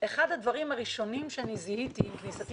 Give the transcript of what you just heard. אחד הדברים הראשונים שאני זיהיתי עם כניסתי